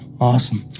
Awesome